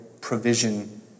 provision